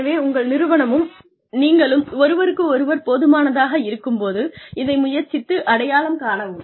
எனவே உங்கள் நிறுவனமும் நீங்களும் ஒருவருக்கொருவர் போதுமானதாக இருக்கும்போது இதை முயற்சித்து அடையாளம் காணவும்